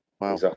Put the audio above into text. Wow